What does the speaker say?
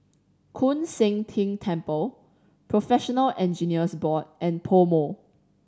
Koon Seng Ting Temple Professional Engineers Board and PoMo